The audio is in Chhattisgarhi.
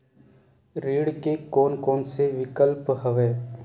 ऋण के कोन कोन से विकल्प हवय?